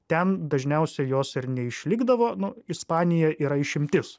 ten dažniausiai jos ir neišlikdavo nu ispanija yra išimtis